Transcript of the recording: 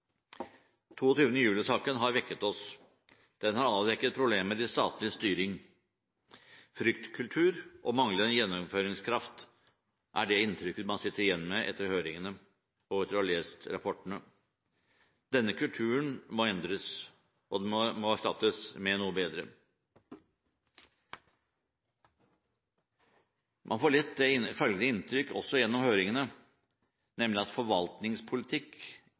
har vekket oss. Den har avdekket problemer med statlig styring. Fryktkultur og manglende gjennomføringskraft er det inntrykket man sitter igjen med etter høringene og etter å ha lest rapportene. Denne kulturen må endres, og den må erstattes med noe bedre. Man får også følgende inntrykk gjennom høringene, nemlig at forvaltningspolitikk